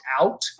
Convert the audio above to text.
out